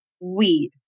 weed